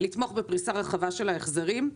לתמוך בפריסה רחבה של ההחזרים.